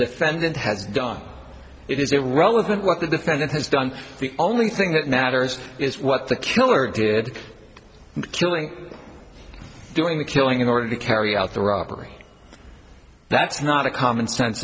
defendant has done it is irrelevant what the defendant has done the only thing that matters is what the killer did killing doing the killing in order to carry out the robbery that's not a common sense